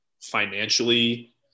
financially